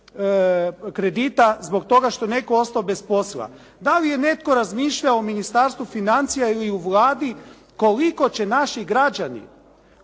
kredita zbog toga što je netko ostao bez posla. Da li je netko razmišljao u Ministarstvu financija ili u Vladi koliko će naši građani